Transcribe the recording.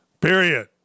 Period